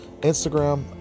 Instagram